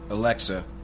Alexa